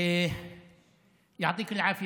(אומר בערבית: יישר כוח,